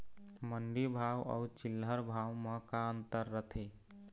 मंडी भाव अउ चिल्हर भाव म का अंतर रथे?